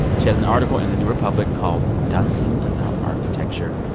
she has an article in the new republic called duncing about architecture.